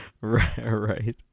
right